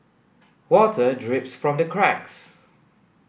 water drips from the cracks